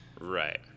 Right